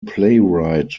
playwright